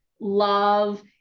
love